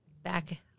back